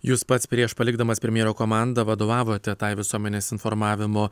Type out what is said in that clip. jūs pats prieš palikdamas premjero komandą vadovavote tai visuomenės informavimo